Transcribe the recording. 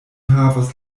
havos